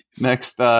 Next